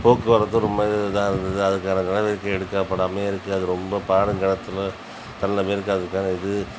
போக்குவரத்து ரொம்ப இதாக இருந்தது அதுக்கான நடவடிக்கை எடுக்கப்படாமலே இருக்குது அது ரொம்ப பாழும் கிணத்துல தள்ளுனமாரி அதுக்கான இது